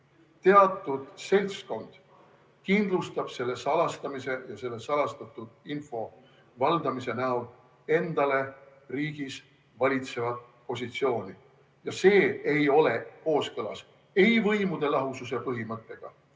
Teatud seltskond kindlustab selle salastamise ja selle salastatud info valdamise näol endale riigis valitseva positsiooni ja see ei ole kooskõlas ei võimude lahususe põhimõttega,